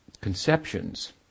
conceptions